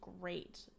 great